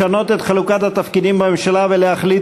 לשנות את חלוקת התפקידים בממשלה ולהחליט